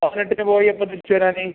പതിനെട്ടിന് പോയി എപ്പോൾ തിരിച്ച് വരാൻ